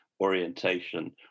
orientation